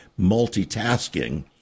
multitasking